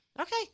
Okay